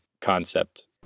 concept